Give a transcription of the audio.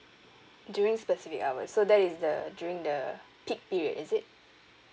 during specific hour so that is the during the peak period is it